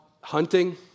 hunting